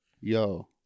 Yo